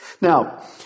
Now